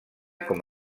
com